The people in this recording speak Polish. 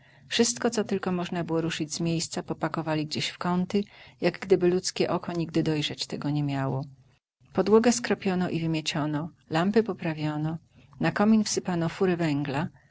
wszystko co tylko można było ruszyć z miejsca popakowali gdzieś w kąty jak gdyby ludzkie oko nigdy dojrzeć tego nie miało podłogę skropiono i wymieciono lampy poprawiono na komin wsypano furę węgla